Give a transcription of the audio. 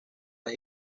las